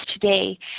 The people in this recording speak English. today